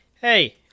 hey